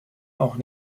auch